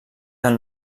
del